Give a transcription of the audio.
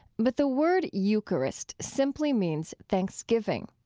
but the word eucharist simply means thanksgiving.